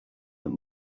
that